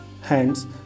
hands